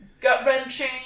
gut-wrenching